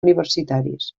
universitaris